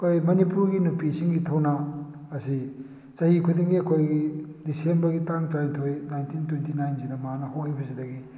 ꯑꯩꯈꯣꯏ ꯃꯅꯤꯄꯨꯔꯒꯤ ꯅꯨꯄꯤꯁꯤꯡꯒꯤ ꯊꯧꯅꯥ ꯑꯁꯤ ꯆꯍꯤ ꯈꯨꯗꯤꯡꯒꯤ ꯑꯩꯈꯣꯏꯒꯤ ꯗꯤꯁꯦꯝꯕꯔꯒꯤ ꯇꯥꯡ ꯇꯔꯥꯅꯤꯊꯣꯏ ꯅꯥꯏꯟꯇꯤꯟ ꯇ꯭ꯋꯦꯟꯇꯤ ꯅꯥꯏꯟ ꯁꯤꯗ ꯃꯥꯅ ꯍꯧꯔꯛꯏꯕꯁꯤꯗꯒꯤ